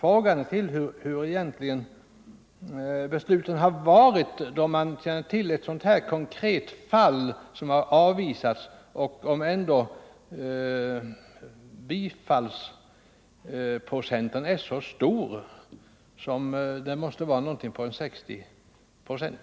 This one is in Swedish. Jag förmodar att detta ärende kommer på regeringens bord i form av besvär, och då har statsrådet alltså möjlighet att ta ställning på nytt.